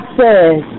says